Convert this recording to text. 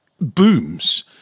booms